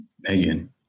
Megan